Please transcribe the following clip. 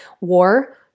War